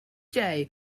play